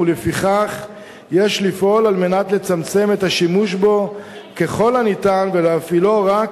ולפיכך יש לפעול על מנת לצמצם את השימוש בו ככל הניתן ולהפעילו רק